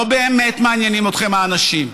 לא באמת מעניינים אתכם האנשים.